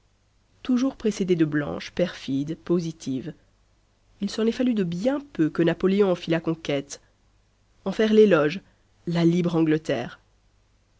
toujours précédé de blanche perfide positive il s'en est fallu de bien peu que napoléon en fît la conquête en faire l'éloge la libre angleterre